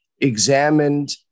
examined